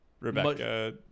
Rebecca